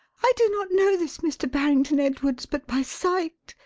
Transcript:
i do not know this mr. barrington-edwards but by sight,